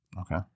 Okay